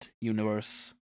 universe